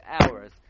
hours